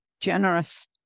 generous